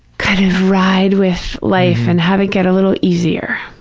kind of ride with life and have it get a little easier.